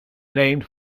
named